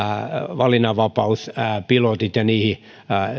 valinnanvapauspilotit ja niihin